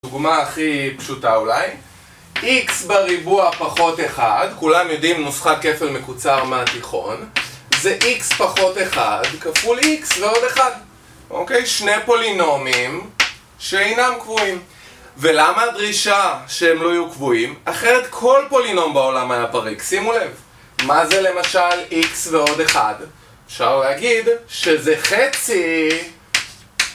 דוגמה הכי פשוטה אולי x בריבוע פחות 1 כולם יודעים נוסחת כפל מקוצר מהתיכון זה x פחות 1 כפול x ועוד 1. אוקיי שני פולינומים שאינם קבועים ולמה הדרישה שהם לא יהיו קבועים אחרת כל פולינום בעולם היה פריק שימו לב, מה זה למשל x ועוד 1 אפשר להגיד שזה חצי